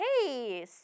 hey